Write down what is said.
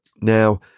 Now